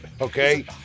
Okay